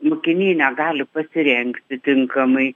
mokiniai negali pasirengti tinkamai